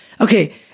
okay